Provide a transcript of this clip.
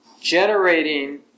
generating